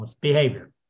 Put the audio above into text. Behavior